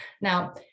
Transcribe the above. Now